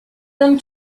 them